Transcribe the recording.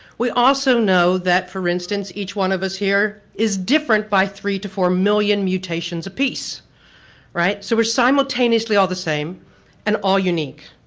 we also know that for instance each once of us here is different by three to four million mutations a piece right, so we are simultaneously all the same and all unique.